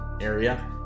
area